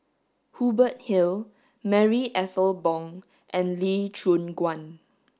Hubert Hill Marie Ethel Bong and Lee Choon Guan